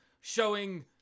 showing